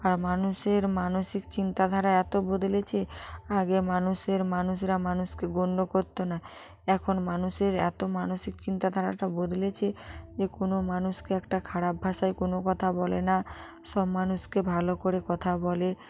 আর মানুষের মানসিক চিন্তাধারা এত বদলেছে আগে মানুষের মানুষরা মানুষকে গণ্য করত না এখন মানুষের এত মানসিক চিন্তাধারাটা বদলেছে যে কোনো মানুষকে একটা খারাপ ভাষায় কোনো কথা বলে না সব মানুষকে ভালো করে কথা বলে